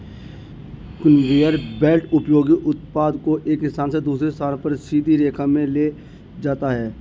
conveyor belt उपयोगी उत्पाद को एक स्थान से दूसरे स्थान पर सीधी रेखा में ले जाता है